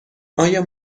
آیا